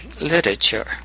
literature